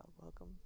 Welcome